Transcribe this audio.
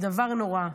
זה דבר נורא.